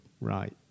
right